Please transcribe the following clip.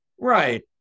Right